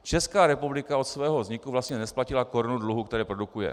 Česká republika od svého vzniku vlastně nesplatila korunu dluhu, který produkuje.